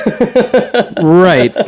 Right